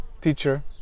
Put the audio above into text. teacher